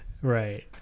Right